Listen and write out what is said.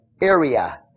area